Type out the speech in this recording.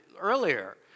earlier